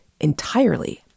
entirely